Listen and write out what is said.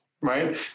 right